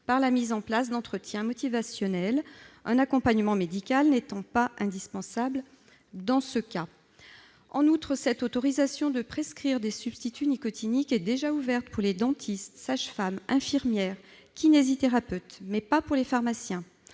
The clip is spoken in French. par la mise en place d'entretiens motivationnels, un accompagnement médical n'étant pas indispensable dans ce cas. En outre, cette autorisation de prescrire des substituts nicotiniques est déjà ouverte pour les dentistes, les sages-femmes, les infirmières et les kinésithérapeutes, mais pas pour les pharmaciens,